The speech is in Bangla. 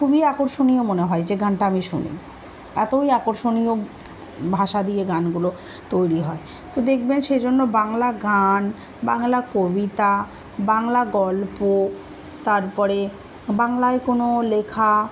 খুবই আকর্ষণীয় মনে হয় যে গানটা আমি শুনি এতই আকর্ষণীয় ভাষা দিয়ে গানগুলো তৈরি হয় তো দেখবেন সে জন্যন্য বাংলা গান বাংলা কবিতা বাংলা গল্প তারপরে বাংলায় কোনো লেখা